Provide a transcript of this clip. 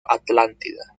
atlántida